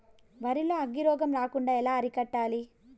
వరి లో అగ్గి రోగం రాకుండా ఎలా అరికట్టాలి?